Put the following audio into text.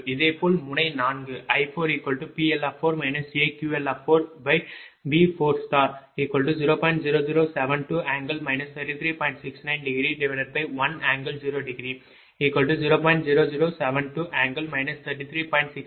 இதேபோல் முனை 4 i4PL4 jQL4V40